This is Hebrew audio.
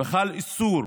וחל איסור